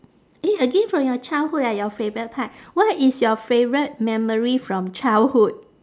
eh again from your childhood eh your favourite part what is your favourite memory from childhood